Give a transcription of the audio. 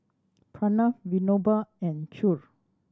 Pranav Vinoba and Choor